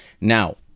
Now